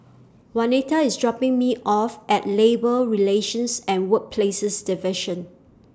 Waneta IS dropping Me off At Labour Relations and Workplaces Division